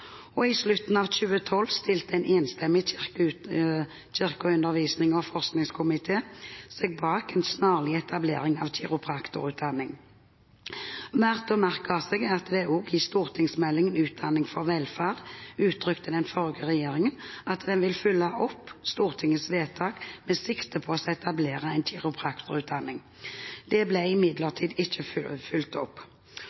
Norge. I slutten av 2012 stilte en enstemmig kirke-, undervisnings- og forskningskomité seg bak en snarlig etablering av kiropraktorutdanning. Verdt å merke seg er det også at i stortingsmeldingen Utdanning for velferd uttrykte den forrige regjeringen at den ville følge opp Stortingets vedtak med sikte på å etablere en kiropraktorutdanning. Det ble imidlertid ikke fulgt opp.